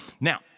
Now